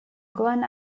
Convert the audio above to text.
glen